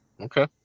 Okay